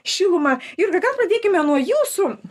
šilumą ir gal pradėkime nuo jūsų